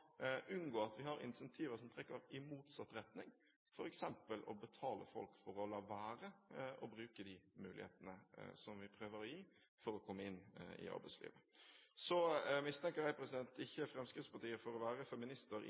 unngå at vi har incentiver som trekker i motsatt retning, f.eks. å betale folk for å la være å bruke de mulighetene som vi prøver å gi for å komme inn i arbeidslivet. Jeg mistenker ikke Fremskrittspartiet for å være